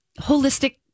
holistic